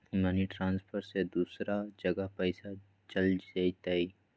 Money transfer से दूसरा जगह पईसा चलतई?